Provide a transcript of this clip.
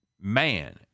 man